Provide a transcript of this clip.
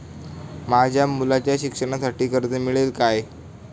माझ्या मुलाच्या शिक्षणासाठी कर्ज मिळेल काय?